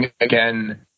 again